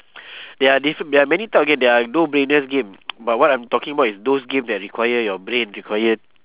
there are different there are many type of game there are no-brainer game but what I'm talking about is those game that require your brain require